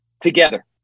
together